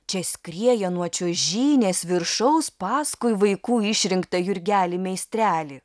čia skrieja nuo čiuožynės viršaus paskui vaikų išrinktą jurgelį meistrelį